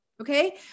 Okay